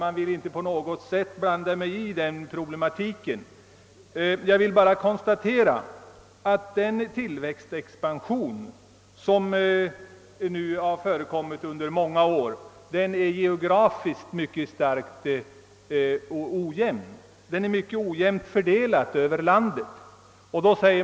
Jag vill inte på något sätt blanda mig i den problematiken, utan jag vill bara konstatera, herr talman, att den ekonomiska expansion, som har förekommit under många år, är mycket ojämnt fördelad över landet geografiskt sett.